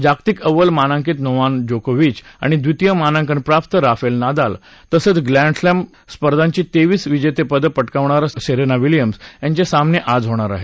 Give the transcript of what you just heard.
जागतिक अव्वल मांनांकित नोवाक जोकोविच आणि द्वितीय मानांकनप्राप्त राफेल नदाल तसंच प्रँडस्लॅम स्पर्धांची तेवीस विजेतेपदं पटकावणारी सेरेना विल्यम्स यांचे सामने आज होणार आहेत